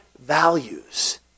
values